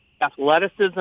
athleticism